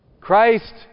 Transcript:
Christ